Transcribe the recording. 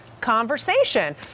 conversation